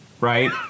right